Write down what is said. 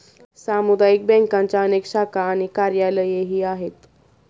सामुदायिक बँकांच्या अनेक शाखा आणि कार्यालयेही आहेत